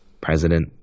president